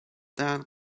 their